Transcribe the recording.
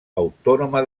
autònoma